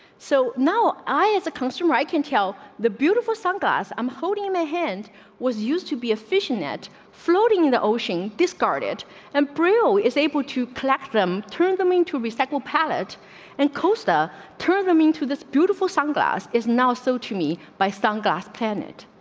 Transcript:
so now i as a consumer, i can tell the beautiful sunk us i'm holding in my hand was used to be a fishing net floating in the ocean, discarded and brew is able to collect them, turn them into recycle palate and costa costa turn them into this beautiful sunglass is now so to me by some gas planet,